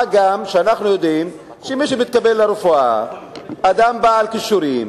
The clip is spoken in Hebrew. מה גם שאנחנו יודעים שמי שמתקבל לרפואה הוא אדם בעל כישורים,